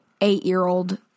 eight-year-old